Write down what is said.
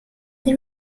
they